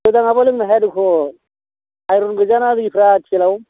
सोदाङाबा लोंनो हाया दिख' आइर'न गोजा ना दैफ्रा आथिखालाव